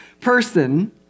person